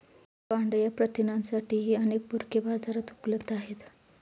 पांढया प्रथिनांसाठीही अनेक पूरके बाजारात उपलब्ध आहेत